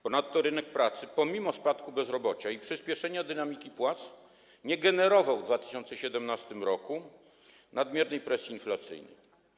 Ponadto rynek pracy pomimo spadku bezrobocia i przyspieszenia dynamiki płac nie generował w 2017 r. nadmiernej presji inflacyjnej.